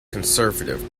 conservative